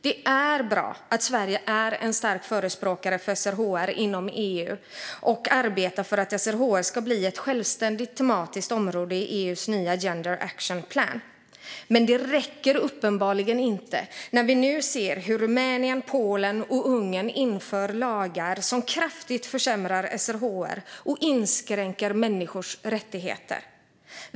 Det är bra att Sverige är en stark förespråkare för SRHR inom EU och arbetar för att SRHR ska bli ett självständigt tematiskt område i EU:s nya Gender Action Plan. Men det räcker uppenbarligen inte när vi nu ser hur Rumänien, Polen och Ungern inför lagar som kraftigt försämrar SRHR och inskränker människors rättigheter.